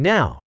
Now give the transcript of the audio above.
Now